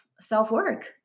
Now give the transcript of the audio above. self-work